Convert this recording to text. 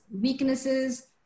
weaknesses